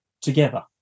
together